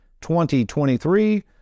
2023